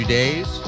days